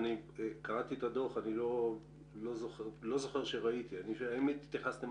אני קראתי את הדוח ואיני זוכר שראיתי התייחסות